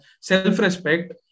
self-respect